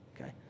okay